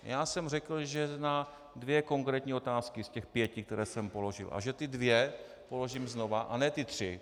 Já jsem řekl, že na dvě konkrétní otázky z těch pěti, které jsem položil, a že ty dvě položím znova, a ne ty tři.